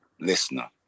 listener